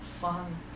Fun